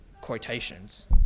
quotations